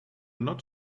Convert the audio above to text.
not